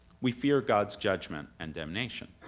we fear god's judgment and damnation.